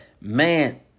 man